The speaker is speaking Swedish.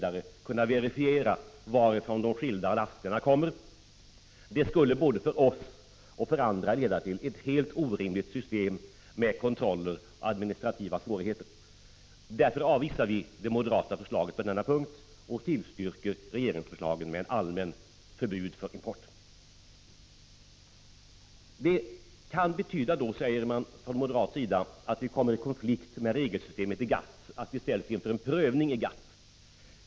att verifiera varifrån de skilda lasterna kommer. Det skulle både för oss och för andra leda till ett helt orimligt system med kontroller och administrativa svårigheter. Därför avvisar vi det moderata förslaget på denna punkt och tillstyrker regeringsförslaget om allmänt förbud mot import. Det kan betyda, säger man från moderat sida, att vi kommer i konflikt med regelsystemet inom GATT och att vi ställs inför en prövning i GATT.